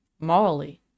morally